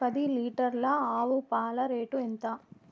పది లీటర్ల ఆవు పాల రేటు ఎంత?